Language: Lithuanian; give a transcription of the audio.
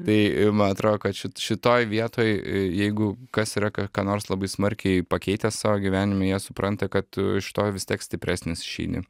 tai man atrodo kad šit šitoj vietoj jeigu kas yra ką nors labai smarkiai pakeitęs savo gyvenime jie supranta kad tu iš to vis tiek stipresnis išeini